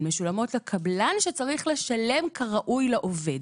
הן משולמות לקבלן שצריך לשלם כראוי לעובד.